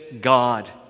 God